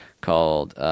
called